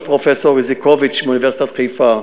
פרופסור איזיקוביץ מאוניברסיטת חיפה,